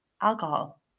alcohol